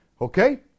Okay